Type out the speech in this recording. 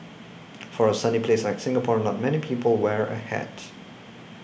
for a sunny place like Singapore not many people wear a hat